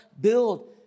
build